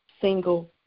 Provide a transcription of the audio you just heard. single